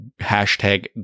hashtag